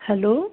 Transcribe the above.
hello